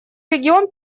регион